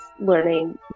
learning